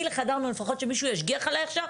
לפחות שמישהו ישגיח עליה שם.